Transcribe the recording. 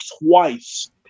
twice